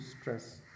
stress